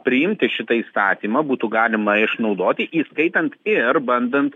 priimti šitą įstatymą būtų galima išnaudoti įskaitant ir bandant